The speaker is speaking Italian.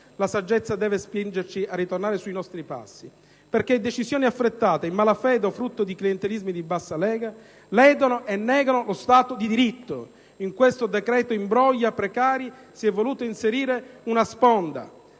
La saggezza deve spingerci a ritornare sui nostri passi, poiché decisioni affrettate, in malafede o frutto di clientelismi di bassa lega ledono e negano lo Stato di diritto. In questo decreto imbroglia precari si è voluto inserire, di sponda,